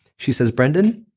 she says, brendon,